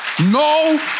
No